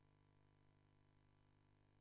אתה ואני הצבענו נגד החוק,